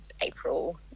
april